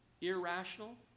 irrational